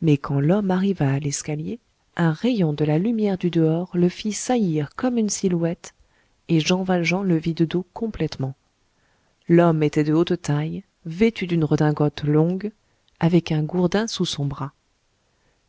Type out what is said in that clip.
mais quand l'homme arriva à l'escalier un rayon de la lumière du dehors le fit saillir comme une silhouette et jean valjean le vit de dos complètement l'homme était de haute taille vêtu d'une redingote longue avec un gourdin sous son bras